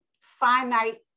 finite